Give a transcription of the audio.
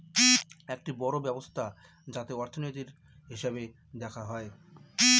একটি বড়ো ব্যবস্থা যাতে অর্থনীতির, হিসেব দেখা হয়